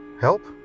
Help